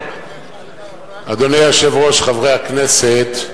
אדוני היושב-ראש, חברי הכנסת,